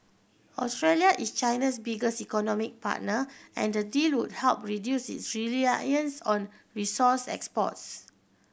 Australia is China's biggest economic partner and the deal would help reduce its reliance on resource exports